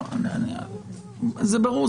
זה ברור,